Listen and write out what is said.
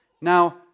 Now